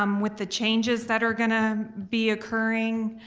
um with the changes that are gonna be occurring,